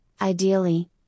ideally